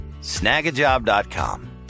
snagajob.com